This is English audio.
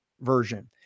version